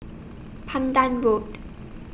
Pandan Road